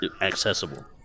accessible